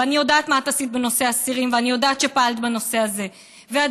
ואני יודעת מה את עשית בנושא אסירים ואני יודעת שפעלת בנושא הזה ועדיין,